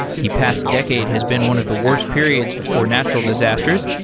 the past decade has been one of the worst periods for natural disasters,